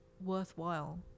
worthwhile